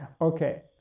okay